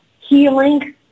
healing